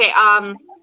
Okay